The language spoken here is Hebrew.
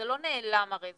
זה לא נעלם הרי,